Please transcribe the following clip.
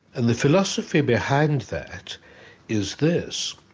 and the philosophy behind that is this